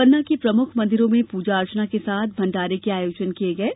पन्ना के प्रमुख मंदिरों में पूजा अर्चना के साथ ही भण्डारे के आयोजन किये गये